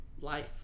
life